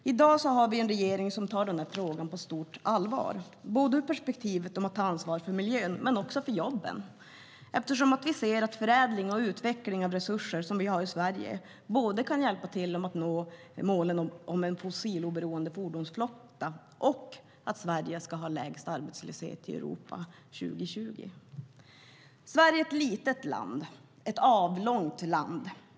I dag har vi en regering som tar frågan på stort allvar, både ur perspektivet att ta ansvar för miljön och ur jobbperspektivet. Förädling och utveckling av de resurser vi har i Sverige kan hjälpa till att nå målet om en fossiloberoende fordonsflotta och att Sverige ska ha lägst arbetslöshet i Europa år 2020. Sverige är ett litet avlångt land.